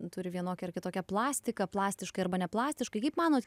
turi vienokią ar kitokią plastiką plastiškai arba ne plastiškai kaip manot